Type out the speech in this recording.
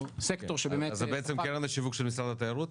סקטור שבאמת --- אז זה בעצם קרן השיווק של משרד התיירות?